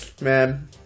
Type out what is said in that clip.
man